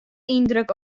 yndruk